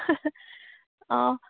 অ'